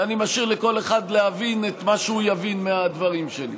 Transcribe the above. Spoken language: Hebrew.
ואני משאיר לכל אחד להבין את מה שהוא יבין מהדברים שלי.